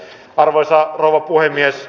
arvoisa rouva puhemies